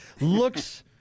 looks